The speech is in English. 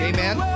Amen